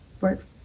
works